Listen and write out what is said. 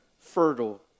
fertile